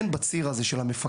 כן בציר הזה של מפקד,